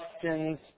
Questions